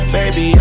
Baby